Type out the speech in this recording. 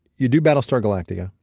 you do battlestar galactica.